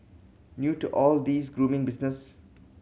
new to all this grooming business